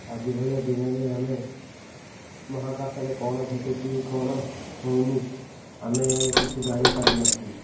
ଆଜି ଭଳିଆ ଦିନରେ ଆମେ ମହାକାଶରେ କ'ଣ ଘଟୁଛି କ'ଣ ହଉନି ଆମେ କିଛି ଜାଣିପାରିନଥାନ୍ତେ